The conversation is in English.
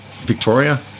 victoria